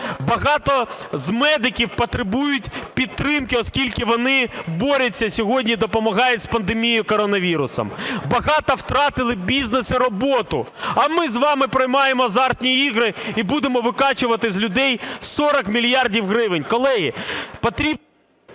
Багато з медиків потребують підтримки, оскільки вони борються сьогодні і допомагають з пандемією коронавірусу. Багато втратили бізнес і роботу. А ми з вами приймаємо азартні ігри, і будемо викачувати з людей 40 мільярдів гривень. Колеги, потрібно…